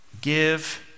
give